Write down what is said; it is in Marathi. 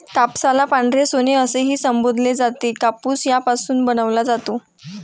कापसाला पांढरे सोने असेही संबोधले जाते, कापूस यापासून बनवला जातो